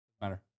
Matter